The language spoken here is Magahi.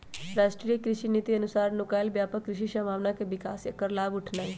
राष्ट्रीय कृषि नीति अनुसार नुकायल व्यापक कृषि संभावना के विकास आ ऐकर लाभ उठेनाई